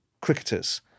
cricketers